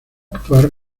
actuar